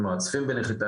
אנחנו מרצפים בנחיתה,